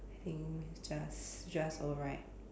I think it just just alright